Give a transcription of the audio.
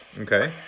Okay